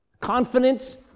confidence